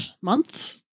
month